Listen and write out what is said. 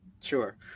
Sure